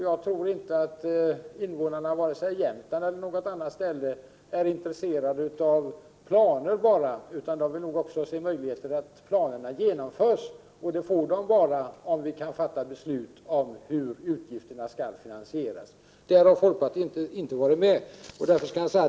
Jag tror inte att invånarna vare sig i Jämtland eller någon annanstans är intresserade av enbart planer, utan de vill nog också se att planerna genomförs, och det kan de få bara om vi kan fatta beslut om hur utgifterna skall finansieras. Där har folkpartiet inte varit med.